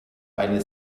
eine